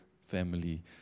family